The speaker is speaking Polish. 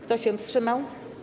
Kto się wstrzymał?